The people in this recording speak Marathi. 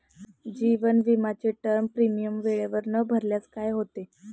जीवन विमाचे टर्म प्रीमियम वेळेवर न भरल्यास काय होते?